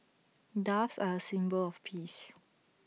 doves are A symbol of peace